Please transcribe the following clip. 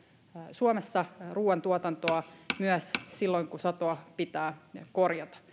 suomessa ruuantuotantoa myös silloin kun satoa pitää korjata